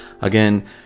again